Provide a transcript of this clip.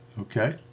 Okay